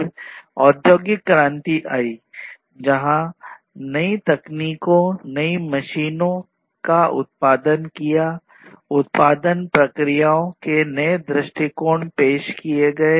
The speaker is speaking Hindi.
फिर औद्योगिक क्रांति आई जहां नई तकनीकें नई मशीनों का उत्पादन किया उत्पादन प्रक्रियाओं के नए दृष्टिकोण पेश किए गए